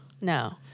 No